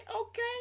okay